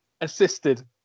assisted